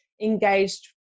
engaged